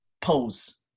pose